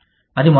అది మరొకటి